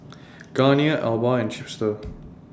Garnier Alba and Chipster